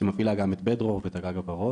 שמפעילה גם את 'בית דרור' ואת 'הגג הוורוד'.